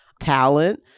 talent